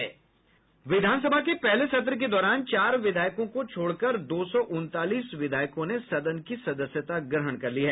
विधानसभा के पहले सत्र के दौरान चार विधायकों को छोड़कर दो सौ उनतालीस विधायकों ने सदन की सदस्यता ग्रहण कर ली है